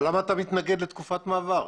אבל למה אתה מתנגד לתקופת מעבר?